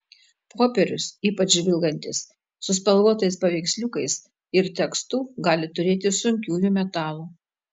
popierius ypač žvilgantis su spalvotais paveiksliukais ir tekstu gali turėti sunkiųjų metalų